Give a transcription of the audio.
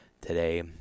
today